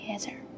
together